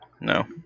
no